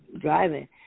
driving